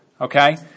okay